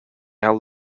held